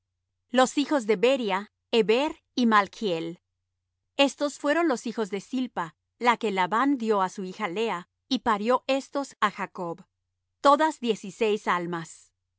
los hijos de beria heber y malchel estos fueron los hijos de zilpa la que labán dió á su hija lea y parió estos á jacob todas diez y seis almas